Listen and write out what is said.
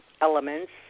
elements